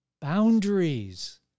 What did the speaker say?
boundaries